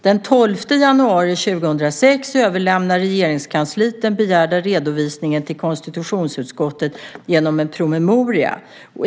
Den 12 januari 2006 överlämnade Regeringskansliet den begärda redovisningen till konstitutionsutskottet genom en promemoria.